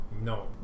No